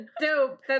Dope